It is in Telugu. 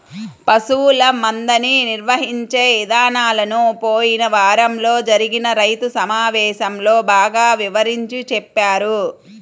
పశువుల మందని నిర్వహించే ఇదానాలను పోయిన వారంలో జరిగిన రైతు సమావేశంలో బాగా వివరించి చెప్పారు